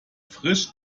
frisch